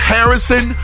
Harrison